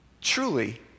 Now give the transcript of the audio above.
truly